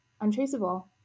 untraceable